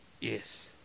Yes